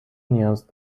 نیاز